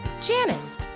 Janice